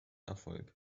erfolg